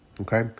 okay